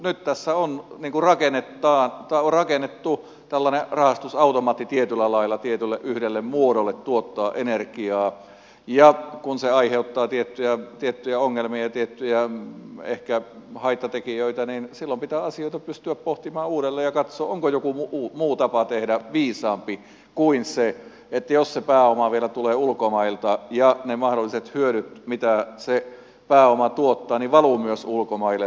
nyt tässä on rakennettu tällainen rahastusautomaatti tietyllä lailla tietylle yhdelle muodolle tuottaa energiaa ja kun se aiheuttaa tiettyjä ongelmia ja ehkä tiettyjä haittatekijöitä niin silloin pitää asioita pystyä pohtimaan uudelleen ja katsoa onko joku muu tapa tehdä viisaampi kuin se jos se pääoma vielä tulee ulkomailta ja ne mahdolliset hyödyt mitä se pääoma tuottaa valuvat myös ulkomaille